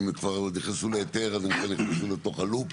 אם כבר נכנסו להיתר אז הם נכנסו לתוך הלופ,